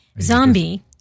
Zombie